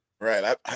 Right